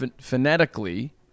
phonetically